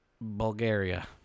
Bulgaria